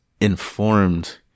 informed